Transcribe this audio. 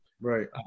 right